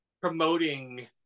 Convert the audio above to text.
promoting